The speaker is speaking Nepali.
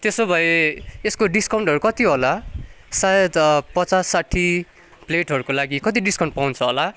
त्यसो भए य सको डिस्काउन्टहरू कति होला सायद पचास साठी प्लेटहरूको लागि कति डिस्काउन्ट पाउँछ होला